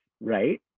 right